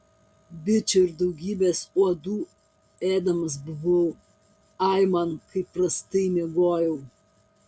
bičių ir daugybės uodų ėdamas buvau aiman kaip prastai miegojau